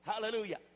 Hallelujah